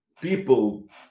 people